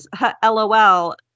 LOL